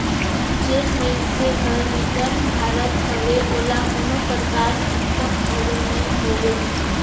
जेन मइनसे हर रिटर्न भरत हवे ओला कोनो परकार दिक्कत घलो नइ होवे